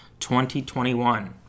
2021